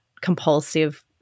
compulsive